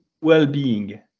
well-being